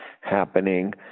happening